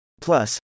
Plus